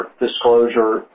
disclosure